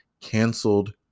canceled